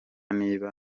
niba